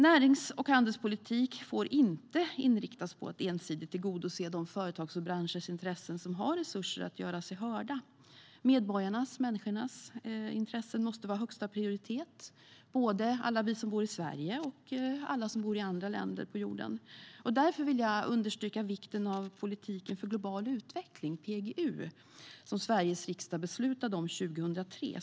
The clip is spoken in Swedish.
Närings och handelspolitik får inte inriktas på att ensidigt tillgodose de företags och branschers intressen som har resurser att göra sig hörda. Medborgarnas, människornas, intressen måste vara högsta prioritet. Det gäller både alla oss som bor i Sverige och alla som bor i andra länder på jorden. Därför vill jag understryka vikten av politiken för global utveckling, PGU, som Sveriges riksdag beslutade om 2003.